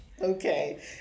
Okay